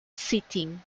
seating